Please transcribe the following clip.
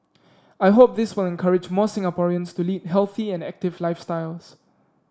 I hope this will encourage more Singaporeans to lead healthy and active lifestyles